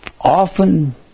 often